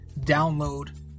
download